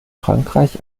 frankreich